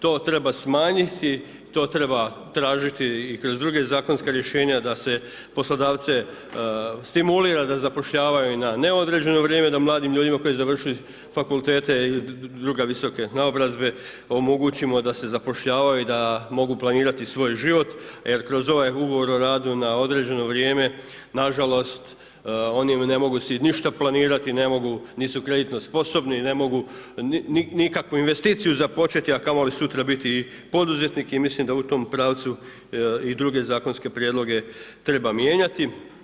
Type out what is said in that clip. To treba smanjiti to treba tražiti i korz druge zakonske rješenja, da se poslodavce stimulira da zapošljavaju na neodređeno vrijeme, da mladim ljudima koji završe fakultete ili druge visoko naobrazbe, omogući da se zapošljavaju i da mogu planirati svoj život, jer kroz ovaj ugovor o radu, na određeno vrijeme, nažalost, oni si ne mogu ništa planirati, ne mogu, nisu kreditno sposobni, ne mogu nikakvu investiciju započeti, a kamo li sutra biti poduzetnik i mislim da u tom pravdu i druge zakonske prijedloge treba mijenjati.